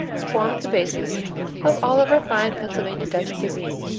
formed the basis of all of our fine pennsylvania dutch cuisine.